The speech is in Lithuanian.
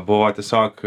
buvau tiesiog